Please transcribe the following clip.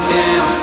down